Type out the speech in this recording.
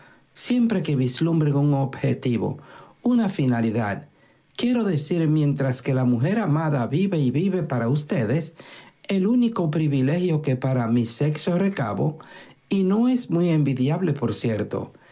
siempre que vislumbren un objetivo una finalidad quiero decir mientras que la mujer amada vive y vive para ustedes el único privilegio que para mi sexo recaboy no es muy envidiable por ciertoes